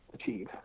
achieve